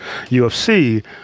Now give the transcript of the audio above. UFC